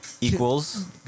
equals